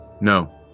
No